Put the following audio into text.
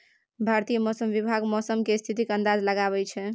भारतीय मौसम विभाग मौसम केर स्थितिक अंदाज लगबै छै